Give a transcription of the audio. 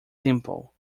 simple